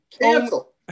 Cancel